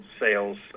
sales